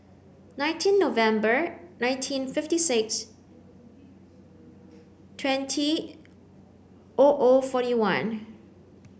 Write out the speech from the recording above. nineteen November nineteen fifty six twenty O O forty one